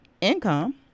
income